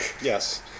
Yes